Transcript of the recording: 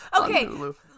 Okay